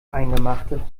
eingemachte